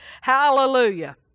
Hallelujah